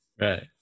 Right